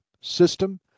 system